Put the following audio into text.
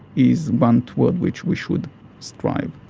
is one toward which we should strive.